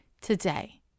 today